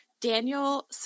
Daniel